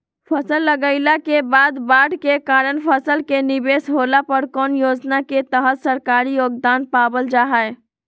फसल लगाईला के बाद बाढ़ के कारण फसल के निवेस होला पर कौन योजना के तहत सरकारी योगदान पाबल जा हय?